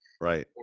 right